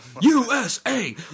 USA